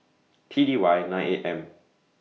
T D Y nine eight M